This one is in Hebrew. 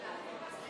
אליה.